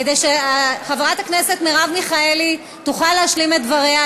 כדי שחברת הכנסת מרב מיכאלי תוכל להשלים את דבריה,